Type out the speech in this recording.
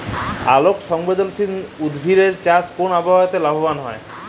আলোক সংবেদশীল উদ্ভিদ এর চাষ কোন আবহাওয়াতে লাভবান হয়?